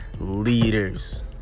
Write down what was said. leaders